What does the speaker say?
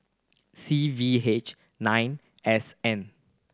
C V H nine S N